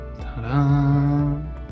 Ta-da